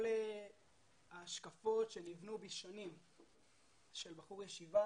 כל ההשקפות שנבנו בי שנים, של בחור ישיבה